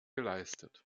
geleistet